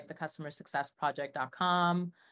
thecustomersuccessproject.com